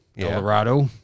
Colorado